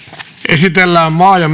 esitellään maa ja